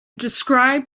describe